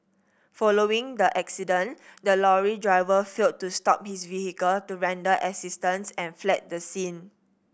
following the accident the lorry driver failed to stop his vehicle to render assistance and fled the scene